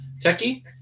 Techie